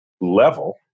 level